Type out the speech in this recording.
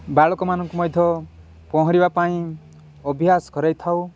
ବାଳକମାନଙ୍କୁ ମଧ୍ୟ ପହଁରିବା ପାଇଁ ଅଭ୍ୟାସ କରାଇଥାଉ